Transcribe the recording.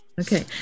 Okay